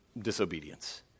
disobedience